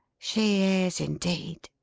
she is indeed,